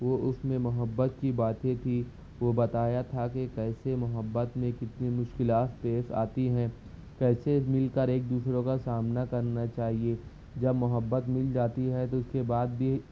وہ اس میں محبت کی باتیں تھی وہ بتایا تھا کہ کیسے محبت میں کتنی مشکلات پیش آتی ہیں کیسے مل کر ایک دوسروں کا سامنا کرنا چاہیے یا محبت مل جاتی ہے تو اس کے بعد بھی